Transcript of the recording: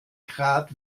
grad